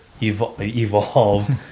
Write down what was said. evolved